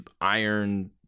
iron